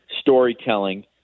storytelling